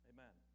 Amen